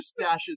stashes